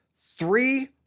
Three